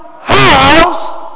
house